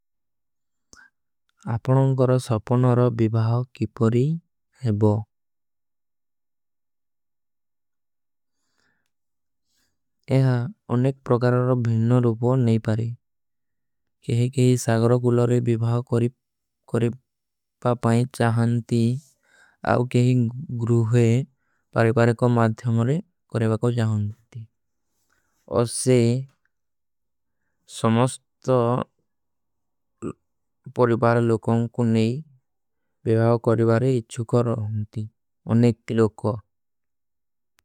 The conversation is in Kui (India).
ଆପନକର ସପନର ଵିଭାଵ କିପରୀ ହୈବଵ ଯହାଂ ଅନେକ। ପ୍ରକାରାର ଭୀନ ରୂପଵ ନହୀଂ ପାରେ କେହେ କେହୀ ସାଗରକୁଲରେ। ଵିଭାଵ କରେ ପାପାଈ ଚାହନତୀ ଆଉ। କେହୀ ଗୁରୁହେ ପରିପାରେ କୋ ମାଧ୍ଯମରେ କରେବା କୋ ଚାହନତୀ। ଅସେ ସମସ୍ତ ପରିପାର ଲୋକୋଂ କୋ। ନହୀଂ ଵିଭାଵ କରେବାରେ ଇଚୁକର ହୋନତୀ ଅନେକ ଲୋକୋଂ।